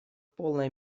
полной